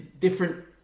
different